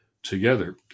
Together